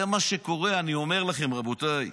זה מה שקורה, אני אומר לכם, רבותיי,